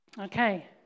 Okay